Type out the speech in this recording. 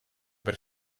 per